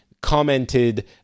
commented